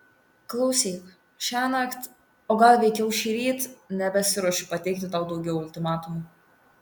klausyk šiąnakt o gal veikiau šįryt nebesiruošiu pateikti tau daugiau ultimatumų